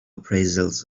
appraisals